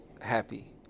happy